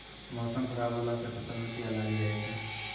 मौसम खराब हौला से फ़सल मे कीड़ा लागी जाय छै?